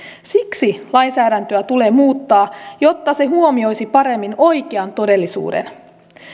siksi lainsäädäntöä tulee muuttaa jotta se huomioisi paremmin oikean todellisuuden